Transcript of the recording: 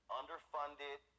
underfunded